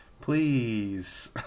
Please